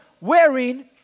wearing